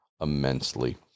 immensely